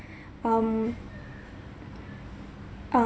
um um